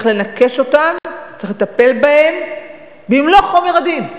צריך לנכש אותם, צריך לטפל בהם במלוא חומר הדין.